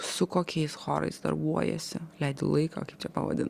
su kokiais chorais darbuojiesi leidi laiką kaip čia pavadint